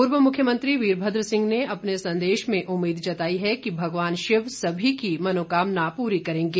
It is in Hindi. पूर्व मुख्यमंत्री वीरभद्र सिंह ने अपने संदेश में उम्मीद जताई है कि भगवान शिव सभी की मनोकामना पूरी करेंगे